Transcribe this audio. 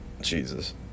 Jesus